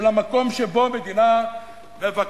הן המקום שבו מדינה מבקשת